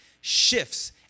shifts